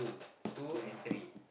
two and three